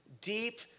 deep